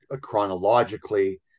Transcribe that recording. chronologically